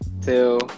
two